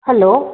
hello